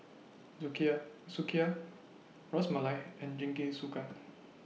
Sukiyaki Sukiyaki Ras Malai and Jingisukan